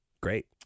Great